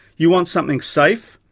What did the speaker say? you want something safe,